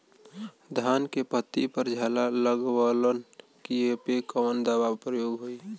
धान के पत्ती पर झाला लगववलन कियेपे कवन दवा प्रयोग होई?